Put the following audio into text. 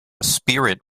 spirit